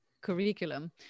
curriculum